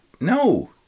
No